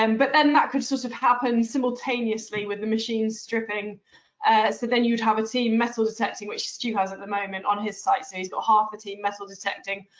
um but then that could sort of happen simultaneously with the machine stripping. so then you'd have a team metal-detecting, which stu has at the moment on his site. so he's got but half the team metal-detecting,